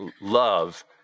love